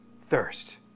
thirst